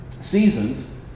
seasons